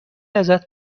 ازت